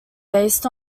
based